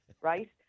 right